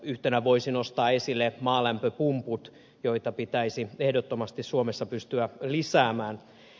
yhtenä voisi nostaa esille maalämpöpumput joita pitäisi ehdottomasti suomessa pystyä lisäämään